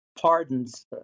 pardons